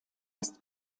ist